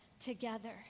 together